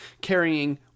carrying